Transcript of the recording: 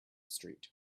street